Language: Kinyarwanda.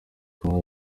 kunywa